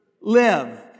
live